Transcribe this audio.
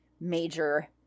major